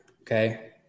okay